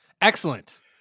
excellent